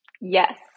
Yes